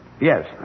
yes